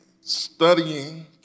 studying